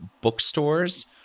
bookstores